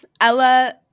Ella